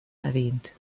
erwähnt